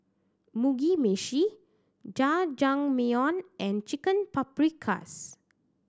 Mugi Meshi Jajangmyeon and Chicken Paprikas